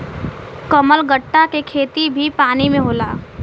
कमलगट्टा के खेती भी पानी में होला